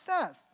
says